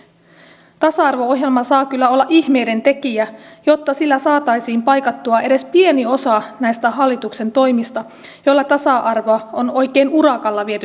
tasa arvo ohjelma saa kyllä olla ihmeidentekijä jotta sillä saataisiin paikattua edes pieni osa näistä hallituksen toimista joilla tasa arvoa on oikein urakalla viety taaksepäin